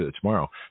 tomorrow